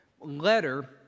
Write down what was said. letter